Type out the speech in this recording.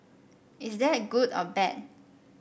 is that good or bad